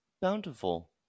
bountiful